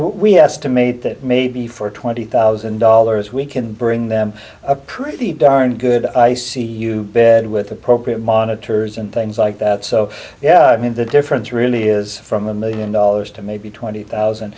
to made that maybe for twenty thousand dollars we can bring them up pretty darn good i see you bed with appropriate monitors and things like that so yeah i mean the difference really is from a million dollars to maybe twenty thousand